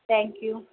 thank you